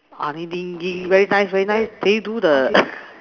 very nice very nice can you do the